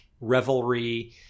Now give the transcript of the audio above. revelry